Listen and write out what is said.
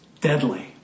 deadly